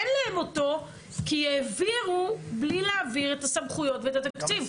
אין להם אותו כי העבירו בלי להעביר את הסמכויות ואת התקציב.